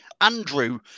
Andrew